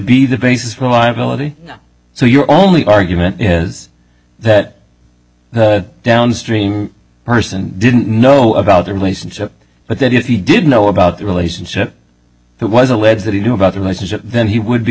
be the basis for liability so you're only argument is that the downstream person didn't know about the relationship but that if he did know about the relationship who was aware that he knew about the relationship then he would be